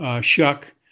shuck